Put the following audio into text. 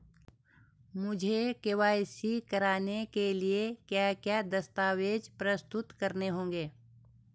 मुझे के.वाई.सी कराने के लिए क्या क्या दस्तावेज़ प्रस्तुत करने होंगे?